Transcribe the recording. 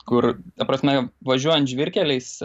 kur ta prasme važiuojant žvyrkeliais